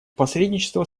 посредничество